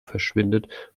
verschwindet